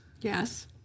Yes